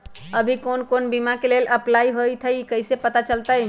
अभी कौन कौन बीमा के लेल अपलाइ होईत हई ई कईसे पता चलतई?